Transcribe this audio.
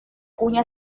cuña